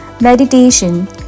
Meditation